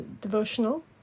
devotional